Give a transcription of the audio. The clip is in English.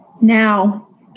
now